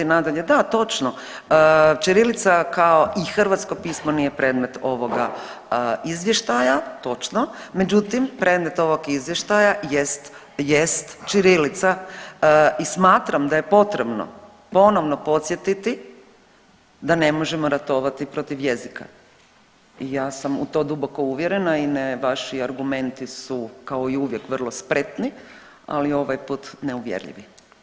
Nadalje, da točno ćirilica kao i hrvatsko pismo nije predmet ovoga izvještaja, točno, međutim predmet ovog izvještaja jest, jest ćirilica i smatram da je potrebno ponovno podsjetiti da ne možemo ratovati protiv jezika i ja sam u to duboko uvjerena i vaši argumenti su kao i uvijek vrlo spretni, ali ovaj put neuvjerljivi.